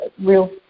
real